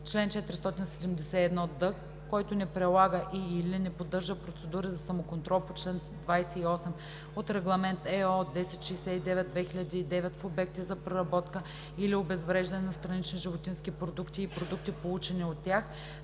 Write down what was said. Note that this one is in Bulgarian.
Чл. 471д. Който не прилага и/или не поддържа процедури за самоконтрол по чл. 28 от Регламент /ЕО/ № 1069/2009 в обекти за преработка или обезвреждане на странични животински продукти и продукти, получени от тях,